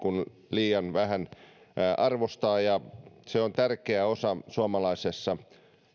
liian paljon arvostaa ja se on tärkeä osa suomalaisessa